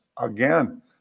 again